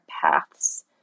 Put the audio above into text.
paths